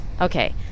Okay